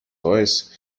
royce